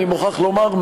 אני מוכרח לומר,